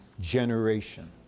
generation